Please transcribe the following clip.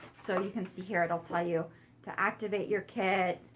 so you can see here it'll tell you to activate your kit.